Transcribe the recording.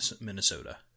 Minnesota